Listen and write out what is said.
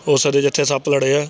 ਉਸ ਦੇ ਜਿੱਥੇ ਸੱਪ ਲੜਿਆ